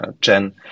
jen